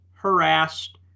harassed